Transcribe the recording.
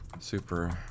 Super